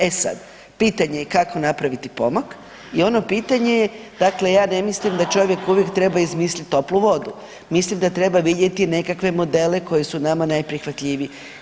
E sad, pitanje je kako napraviti pomak i ono pitanje je dakle ja ne mislim da čovjek uvijek treba izmislit toplu vodu, mislim da treba vidjeti i nekakve modele koji su nama najprihvatljiviji.